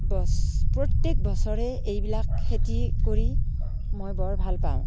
বছ প্ৰত্য়েক বছৰে এইবিলাক খেতি কৰি মই বৰ ভাল পাওঁ